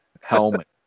helmet